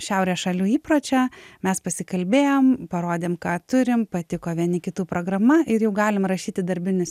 šiaurės šalių įpročio mes pasikalbėjom parodėm ką turim patiko vieni kitų programa ir jau galima rašyti darbinius